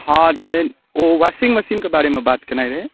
हँ जे ओ वॉशिंग मशीन के बारे मे बात केनाइ रहै